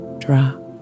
drop